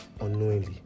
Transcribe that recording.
unknowingly